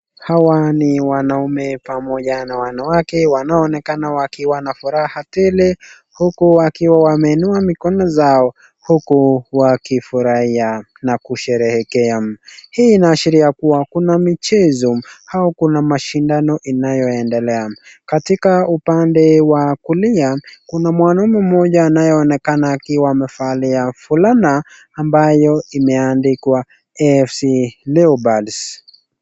Hawa ni wanaume pamoja na wanawake wanaonekana wakiwa na furaha tele huku wakiwa wameinua mikono zao, huku wakifurahia, na kusherekea. Hii inaashiria kuwa kuna mchezo au kuna mashindano inayo endelea. Katika upande wa kulia kuna mwanaume mmoja anayeonekana akiwa amevalia fulana ambayo imeandikwa FC leopards.